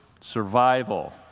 Survival